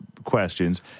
questions